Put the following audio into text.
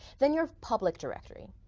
then your public directory,